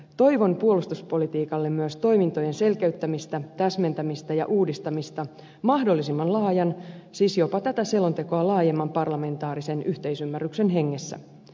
toivon puolustuspolitiikalle myös toimintojen selkeyttämistä täsmentämistä ja uudistamista mahdollisimman laajan siis jopa tätä selontekoa laajemman parlamentaarisen yhteisymmärryksen hengessä